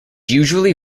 usually